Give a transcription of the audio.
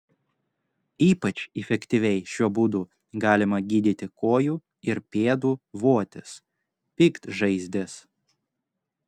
ypač efektyviai šiuo būdu galima gydyti kojų ir pėdų votis piktžaizdes